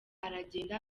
aragenda